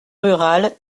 rural